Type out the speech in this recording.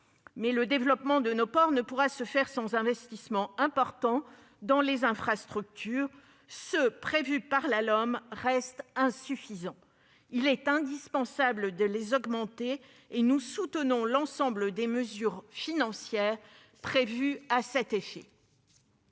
le développement de nos ports ne pourra se faire sans investissements importants dans les infrastructures. Or ceux qui sont prévus par la LOM restent insuffisants. Il est indispensable de les augmenter, et nous soutenons l'ensemble des mesures financières prévues à cet effet.